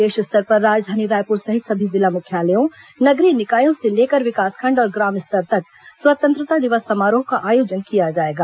प्रदेश स्तर पर राजधानी रायपुर सहित सभी जिला मुख्यालयों नगरीय निकायों से लेकर विकासखंड और ग्राम स्तर तक स्वतंत्रता दिवस समारोह का आयोजन किया जाएगा